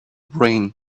brain